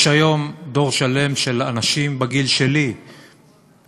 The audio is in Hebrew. יש היום דור שלם של אנשים בגיל שלי באום-אלפחם,